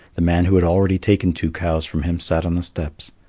the man who had already taken two cows from him sat on the steps.